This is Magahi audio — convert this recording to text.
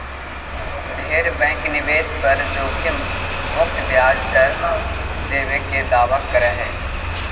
ढेर बैंक निवेश पर जोखिम मुक्त ब्याज दर देबे के दावा कर हई